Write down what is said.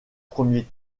premier